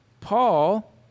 Paul